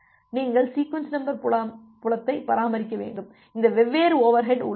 நீங்கள் sequence number புலத்தை பராமரிக்க வேண்டும் இந்த வெவ்வேறு ஓவர்ஹெட் உள்ளன